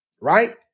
right